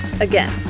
again